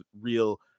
real